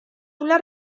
una